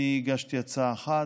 אני הגשתי הצעה אחת,